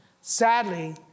Sadly